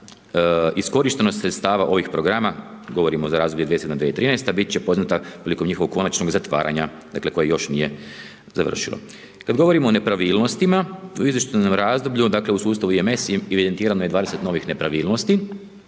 iskorištenost sredstava ovih programa, govorimo za razdoblje 2007., 2013., bit će poznata prilikom njihovog konačnog zatvaranja, dakle, koje još nije završilo. Kad govorimo o nepravilnostima u izvještajnom razdoblju, dakle, u sustavu IMS evidentirano je 20 novih nepravilnosti,